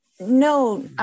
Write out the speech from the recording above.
No